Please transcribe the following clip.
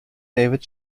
david